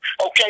okay